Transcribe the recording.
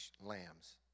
lambs